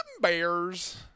Bears